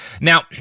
Now